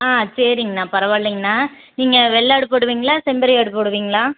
ஆ சரிங்கண்ணா பரவாயில்லைங்கண்ணா நீங்கள் வெள்ளாடு போடுவீங்களா இல்லை செம்மறி ஆடு போடுவீங்களா